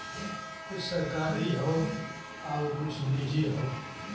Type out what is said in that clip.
कुछ सरकारी हौ आउर कुछ निजी हौ